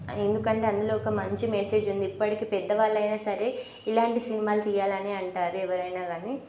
ఎందుకంటే అందులో ఒక మంచి మెసేజ్ ఉంది ఇప్పటికి పెద్దవాళ్ళైనా సరే ఇలాంటి సినిమాలు తీయాలి అని అంటారు ఎవరైనా కానీ